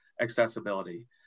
accessibility